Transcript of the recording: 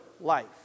life